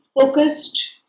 focused